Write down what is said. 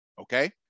okay